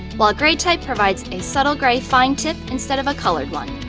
while gray type provides a subtle gray fine tip instead of a colored one.